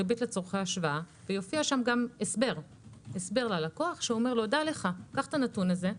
ריבית לצורכי השוואה ויופיע שם הסבר ללקוח: קח את הנתון הזה,